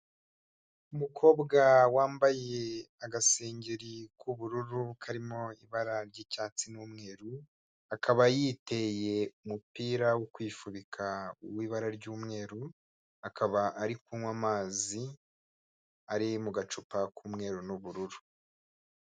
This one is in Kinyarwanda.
Umukobwa wambaye agasengeri k'ubururu karimo ibara ry'icyatsi n'umweru akaba yiteye umupira wo kwifubika w'ibara ry'umweru, akaba ari kunywa amazi ari mu gacupa k'umweru n'ubururu.